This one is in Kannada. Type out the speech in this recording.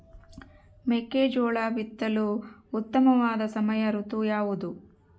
ಮೆಕ್ಕೆಜೋಳ ಬಿತ್ತಲು ಉತ್ತಮವಾದ ಸಮಯ ಋತು ಯಾವುದು?